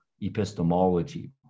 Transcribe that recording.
epistemology